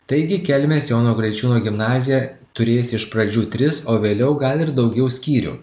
taigi kelmės jono graičiūno gimnazija turės iš pradžių tris o vėliau gal ir daugiau skyrių